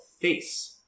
Face